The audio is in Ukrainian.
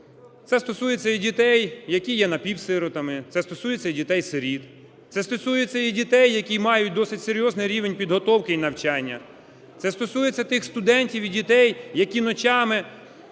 Це стосується і дітей, які є напівсиротами, це стосується і дітей-сиріт, це стосується і дітей, які мають досить серйозний рівень підготовки і навчання. Це стосується тих студентів і дітей, які ночами